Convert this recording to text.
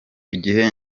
gihe